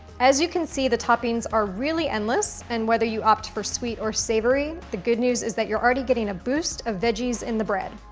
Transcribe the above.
as you can see, the toppings are really endless and whether you opt for sweet or savory, the good news is that you're already getting a boost of veggies in the bread.